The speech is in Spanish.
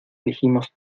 dijimos